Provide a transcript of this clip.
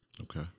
Okay